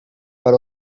per